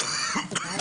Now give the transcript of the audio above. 14:38.